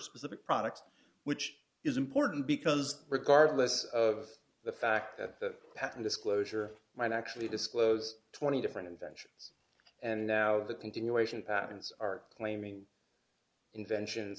specific products which is important because regardless of the fact that pattern disclosure might actually disclose twenty different inventions and now the continuation patents are claiming inventions